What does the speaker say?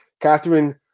Catherine